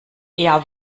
eher